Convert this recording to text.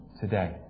today